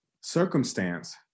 circumstance